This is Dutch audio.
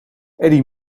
eddy